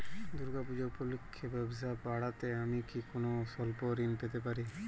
দূর্গা পূজা উপলক্ষে ব্যবসা বাড়াতে আমি কি কোনো স্বল্প ঋণ পেতে পারি?